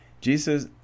Jesus